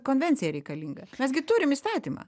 konvencija reikalinga mes gi turim įstatymą